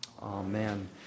Amen